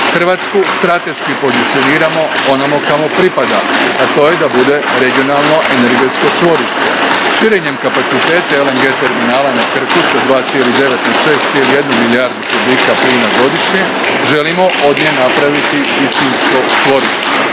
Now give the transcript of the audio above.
Hrvatsku strateški pozicioniramo onamo kamo pripada, a to je da bude regionalno energetsko čvorište. Širenjem kapaciteta LNG terminala na Krku sa 2,9 na 6,1 milijardu kubika plina godišnje želimo od nje napraviti istinsko čvorište.